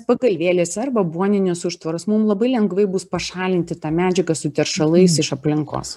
pagalvėles arba bonines užtvaras mum labai lengvai bus pašalinti tą medžiagą su teršalais iš aplinkos